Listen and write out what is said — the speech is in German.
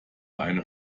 eine